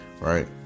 Right